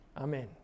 Amen